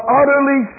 utterly